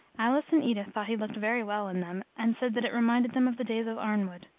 alice and edith thought he looked very well in them, and said that it reminded them of the days of arnwood.